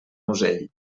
musell